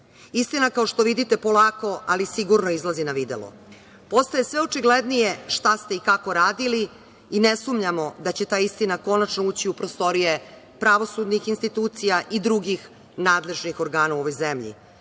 Istina, kao što vidite polako, ali sigurno izlazi na videlo. Postaje sve očiglednije šta ste i kako radili i ne sumnjamo da će ta istina konačno ući u prostorije pravosudnih institucija i drugih nadležnih organa u ovoj zemlji